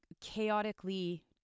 chaotically